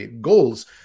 goals